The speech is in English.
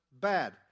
bad